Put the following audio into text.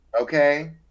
Okay